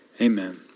amen